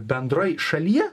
bendrai šalyje